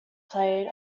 played